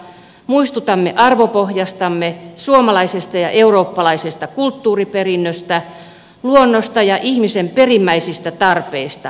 muistutamme arvopohjastamme suomalaisesta ja eurooppalaisesta kulttuuriperinnöstä luonnosta ja ihmisen perimmäisistä tarpeista